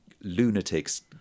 lunatics